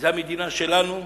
זו המדינה שלנו,